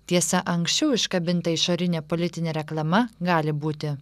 tiesa anksčiau iškabinta išorinė politinė reklama gali būti